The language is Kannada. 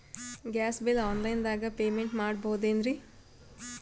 ಗ್ಯಾಸ್ ಬಿಲ್ ಆನ್ ಲೈನ್ ದಾಗ ಪೇಮೆಂಟ ಮಾಡಬೋದೇನ್ರಿ?